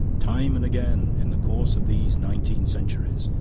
time and again, in the course of these nineteen centuries,